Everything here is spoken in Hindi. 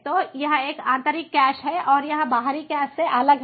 तो यह एक आंतरिक कैश है और यह बाहरी कैश से अलग है